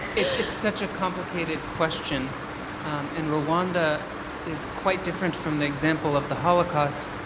it's such a complicated question and rowanda is quite different from the example of the holocaust.